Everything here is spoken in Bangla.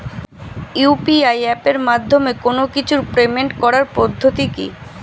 ইউ.পি.আই এপের মাধ্যমে কোন কিছুর পেমেন্ট করার পদ্ধতি কি?